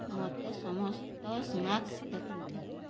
ମୋତେ ସମସ୍ତ ସ୍ନାକ୍ସ୍ ଦେଖାନ୍ତୁ